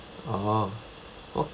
oh what